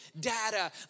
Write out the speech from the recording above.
data